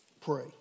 pray